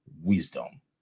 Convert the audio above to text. wisdom